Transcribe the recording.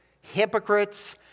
hypocrites